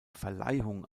verleihung